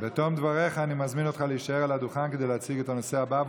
בתום דבריך אני מזמין אותך להישאר על הדוכן כדי להציג את הנושא הבא,